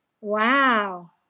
Wow